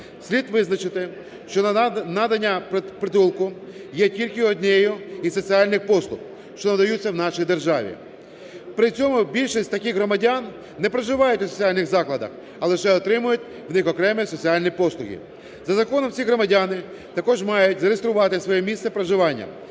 Слід визначити, що надання притулку є тільки однією із соціальних послуг, що надаються в нашій державі. При цьому більшість таких громадян не проживають у соціальних закладах, а лише отримують в них окремі соціальні послуги. За законом, ці громадяни також мають зареєструвати своє місце проживання,